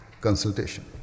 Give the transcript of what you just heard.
consultation